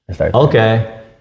Okay